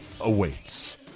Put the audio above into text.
awaits